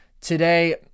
today